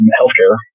healthcare